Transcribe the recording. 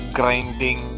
grinding